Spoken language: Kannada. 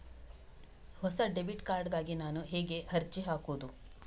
ಹೊಸ ಡೆಬಿಟ್ ಕಾರ್ಡ್ ಗಾಗಿ ನಾನು ಹೇಗೆ ಅರ್ಜಿ ಹಾಕುದು?